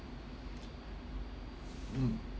mm